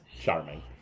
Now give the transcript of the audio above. charming